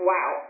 Wow